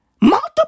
Multiple